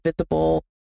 visible